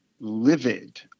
livid